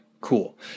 cool